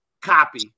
copy